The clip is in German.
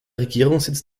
regierungssitz